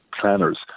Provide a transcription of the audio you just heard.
planners